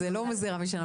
זה לא איזו גזירה משמיים.